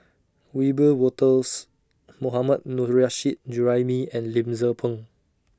Wiebe Wolters Mohammad Nurrasyid Juraimi and Lim Tze Peng